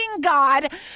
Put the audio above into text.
God